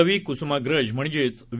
कवी कुसुमाग्रज म्हणजेच वि